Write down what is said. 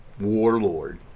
warlord